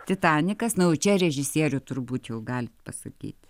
titanikas na jau čia režisierių turbūt jau galit pasakyti